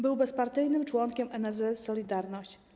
Był bezpartyjnym członkiem NSZZ „Solidarność”